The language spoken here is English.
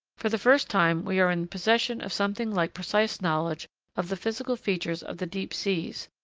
for the first time, we are in possession of something like precise knowledge of the physical features of the deep seas,